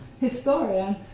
historian